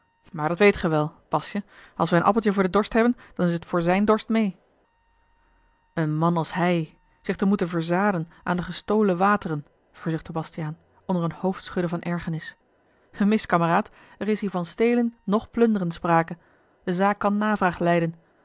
maar dat weet gij wel bastje als wij een appeltje voor den dorst hebben dan is t voor zijn dorst meê een man als hij zich te moeten verzaden aan de gestolen a l g bosboom-toussaint de delftsche wonderdokter eel verzuchtte bastiaan onder een hoofdschudden van ergernis mis kameraad er is hier van stelen noch plunderen sprake de zaak kan navraag lijden